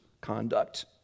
conduct